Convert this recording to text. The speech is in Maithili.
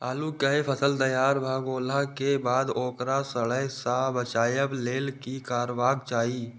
आलू केय फसल तैयार भ गेला के बाद ओकरा सड़य सं बचावय लेल की करबाक चाहि?